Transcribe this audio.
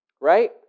Right